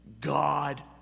God